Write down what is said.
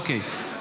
אוקיי.